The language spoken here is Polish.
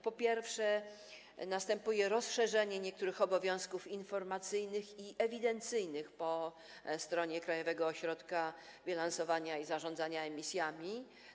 Po pierwsze, następuje rozszerzenie niektórych obowiązków informacyjnych i ewidencyjnych po stronie Krajowego Ośrodka Bilansowania i Zarządzania Emisjami.